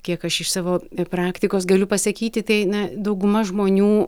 kiek aš iš savo praktikos galiu pasakyti tai na dauguma žmonių